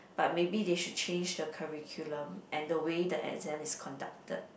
but maybe they should change the curriculum and the way the exams is conducted